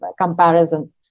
comparison